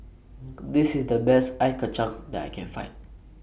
This IS The Best Ice Kacang that I Can Find